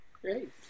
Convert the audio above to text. Great